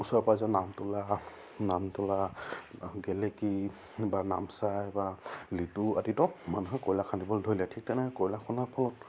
ওচৰে পাঁজৰে নামতোলা নামতোলা বা গেলেকী বা নামচাই বা লিডু আদিতো মানুহে কয়লা খান্দিবলৈ ধৰিলে ঠিক তেনেকৈ কয়লা খন্দাৰ ফলত